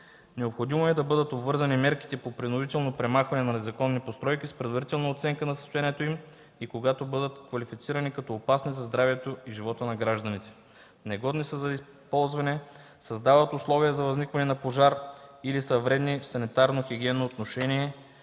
Необходимо е да бъдат обвързани мерките по принудително премахване на незаконни постройки с предварителна оценка на състоянието им и когато бъдат квалифицирани като опасни за здравето и живота на гражданите, негодни са за използване, създават условия за възникване на пожар или са вредни в санитарно-хигиенно отношение